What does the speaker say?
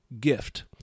gift